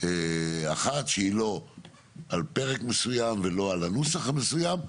אחת שהיא לא על פרק מסוים ולא על הנוסח המסוים,